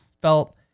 felt